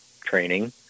training